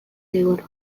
liburuak